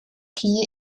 key